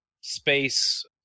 space